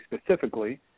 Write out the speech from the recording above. specifically